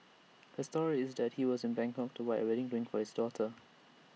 his story is just he was in Bangkok to buy A wedding ring for his daughter